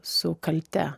su kalte